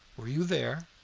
were you there?